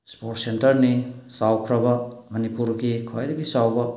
sports ꯁꯦꯟꯇꯔꯅꯤ ꯆꯥꯎꯈ꯭ꯔꯕ ꯃꯅꯤꯄꯨꯔꯒꯤ ꯈ꯭ꯋꯥꯏꯗꯒꯤ ꯆꯥꯎꯕ